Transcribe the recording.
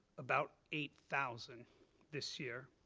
about eight thousand this year,